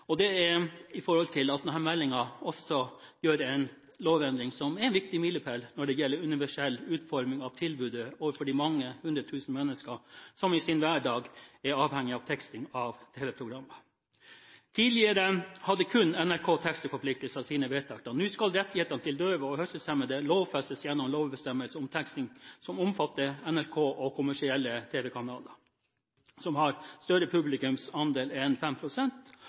Det dreier seg om at man i denne proposisjonen også foreslår en lovendring som vil være en viktig milepæl når det gjelder universell utforming av tilbudet til de mange hundre tusen mennesker som i sin hverdag er avhengig av teksting av tv-programmer. Tidligere hadde kun NRK teksteforpliktelser i sine vedtekter. Nå skal rettighetene til døve og hørselshemmede lovfestes gjennom en lovbestemmelse om teksting som omfatter både NRK og kommersielle tv-kanaler som har en større publikumsandel enn